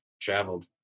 traveled